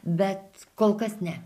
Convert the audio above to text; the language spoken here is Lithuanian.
bet kol kas ne